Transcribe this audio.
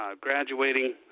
graduating